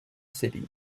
city